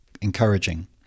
encouraging